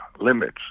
limits